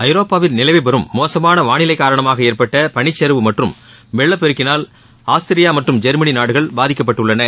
ஐரோப்பாவில் நிலவிவரும் மோசமான வானிலை காரணமாக ஏற்பட்ட பனிச்சரிவு மற்றும் வெள்ளப் பெருக்கினால் ஆஸ்திரியா மற்றும் ஜெர்மனி நாடுகள் பாதிக்கப்பட்டுள்ளன